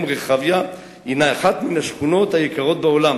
היום רחביה הינה אחת מן השכונות היקרות בעולם.